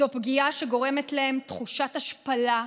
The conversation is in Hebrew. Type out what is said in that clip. זו פגיעה שגורמת להם תחושת השפלה,